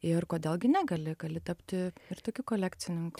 ir kodėl gi ne gali gali tapti tokiu kolekcininku